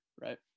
right